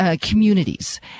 communities